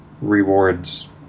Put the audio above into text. rewards